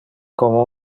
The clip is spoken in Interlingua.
como